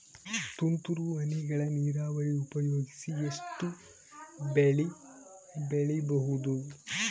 ತುಂತುರು ಹನಿಗಳ ನೀರಾವರಿ ಉಪಯೋಗಿಸಿ ಎಷ್ಟು ಬೆಳಿ ಬೆಳಿಬಹುದು?